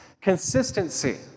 consistency